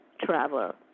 traveler